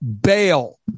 bail